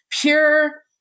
pure